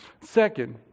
Second